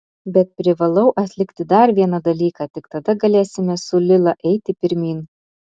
bet privalau atlikti dar vieną dalyką tik tada galėsime su lila eiti pirmyn